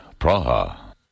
Praha